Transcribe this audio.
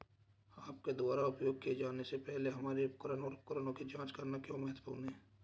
आपके द्वारा उपयोग किए जाने से पहले हमारे उपकरण और उपकरणों की जांच करना क्यों महत्वपूर्ण है?